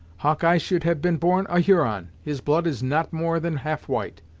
hawkeye should have been born a huron! his blood is not more than half white!